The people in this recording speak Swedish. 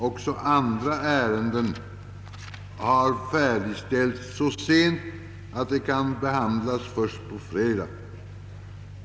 även andra ärenden har färdigställts så sent att de kan behandlas först på fredag.